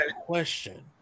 question